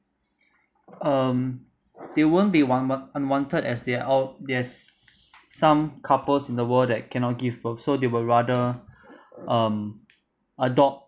um they won't be want~ unwanted as they're out there's some couples in the world that cannot give birth so they were rather um adopt